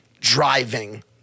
driving